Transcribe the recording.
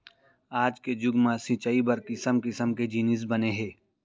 आज के जुग म सिंचई बर किसम किसम के जिनिस बने हे